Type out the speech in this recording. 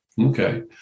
Okay